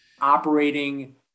operating